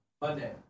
Monday